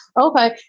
Okay